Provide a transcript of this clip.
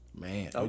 Man